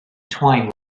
twine